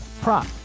prop